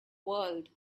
world